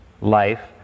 life